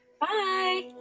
Bye